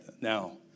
now